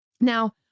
Now